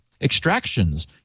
Extractions